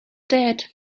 dead